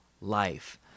life